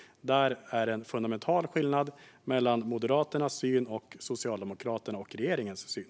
Där finns det en fundamental skillnad mellan Moderaternas syn och Socialdemokraternas och regeringens syn.